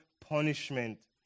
punishment